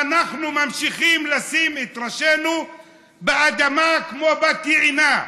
ואנחנו ממשיכים לשים את ראשינו באדמה כמו בת יענה.